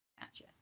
Gotcha